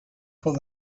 pull